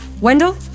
Wendell